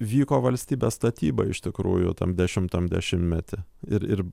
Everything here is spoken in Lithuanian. vyko valstybės statyba iš tikrųjų tam dešimtam dešimtmety ir ir